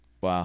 Wow